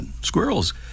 Squirrels